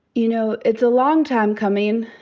you know, it's a long time coming.